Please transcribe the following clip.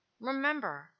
Remember